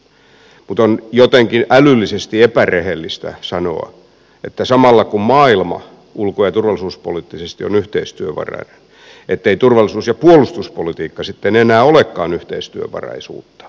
mutta on jotenkin älyllisesti epärehellistä sanoa että samalla kun maailma ulko ja turvallisuuspoliittisesti on yhteistyövarainen ei turvallisuus ja puolustuspolitiikka sitten enää olekaan yhteistyövaraisuutta